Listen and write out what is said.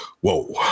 whoa